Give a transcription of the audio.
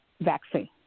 vaccine